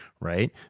right